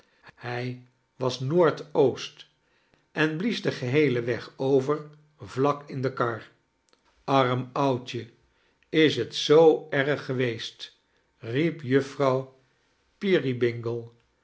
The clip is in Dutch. hij was noord-oost en bides den geheeim weg over vlak in de kar arm oudje is t zoo erg geweest rdep joiffrouw